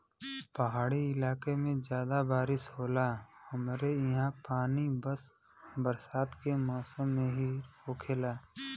पहाड़ी इलाके में जादा बारिस होला हमरे ईहा पानी बस बरसात के मौसम में ही होखेला